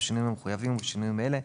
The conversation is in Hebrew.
בשינויים המחויבים ובשינויים אלה: